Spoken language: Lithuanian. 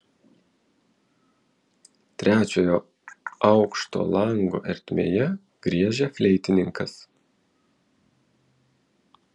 trečiojo aukšto lango ertmėje griežia fleitininkas